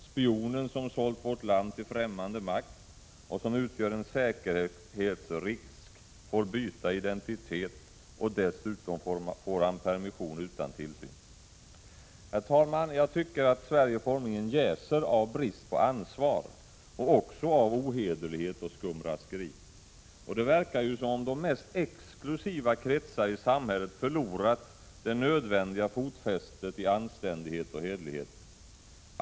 Spionen som sålt vårt land till fträmmande makt och som utgör en säkerhetsrisk får byta identitet, och dessutom får han permission utan tillsyn. Herr talman! Jag tycker att Sverige formligen jäser av brist på ansvar, av ohederlighet och skumraskeri. Det verkar som om de mest exklusiva kretsar i samhället har förlorat det nödvändiga fotfästet i anständighet och hederlighet.